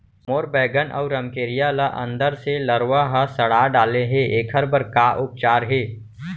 मोर बैगन अऊ रमकेरिया ल अंदर से लरवा ह सड़ा डाले हे, एखर बर का उपचार हे?